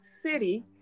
City